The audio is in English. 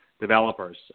developers